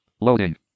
Loading